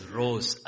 rose